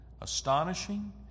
astonishing